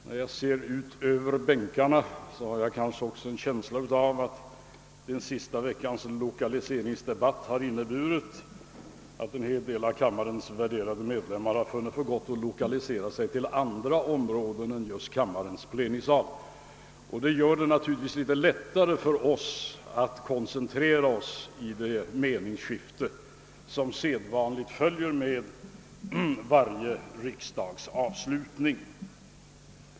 När jag ser ut över bänkarna får jag kanske också en känsla av att den senaste veckans lokaliseringsdebatt har inneburit att en hel del av kammarens värderade medlemmar har funnit för gott att lokalisera sig till andra områden än just kammarens plenisal. Detta gör det naturligtvis lättare för oss att koncentrera oss i det meningsskifte som sedvanligt följer med varje riksdags avslutning.